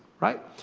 right.